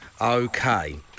Okay